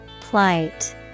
Plight